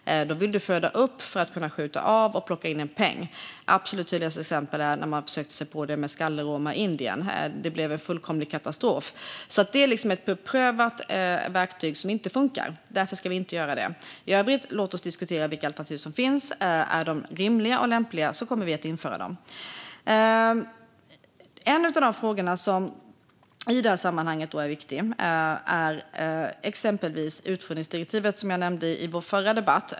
Då vill du föda upp för att kunna skjuta av och plocka in en peng. Det absolut tydligaste exemplet är när man försökte sig på detta med skallerormar i Indien. Det blev en fullkomlig katastrof. Det är ett verktyg som har provats och som inte funkar, och därför ska vi inte ha det. Låt oss i övrigt diskutera vilka alternativ som finns. Är de rimliga och lämpliga kommer vi att införa dem. En av de frågor som är viktiga i sammanhanget är utfodringsdirektivet, som jag nämnde i vår förra debatt.